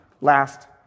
last